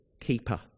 keeper